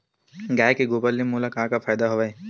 गाय के गोबर ले मोला का का फ़ायदा हवय?